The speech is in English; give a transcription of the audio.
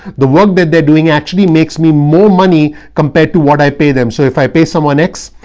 the work that they're doing actually makes me more money compared to what i pay them. so if i pay someone x,